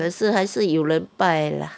可是还是有人拜 lah